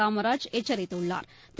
Kamaraj எச்சரித்துள்ளாா்